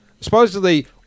supposedly